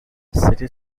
city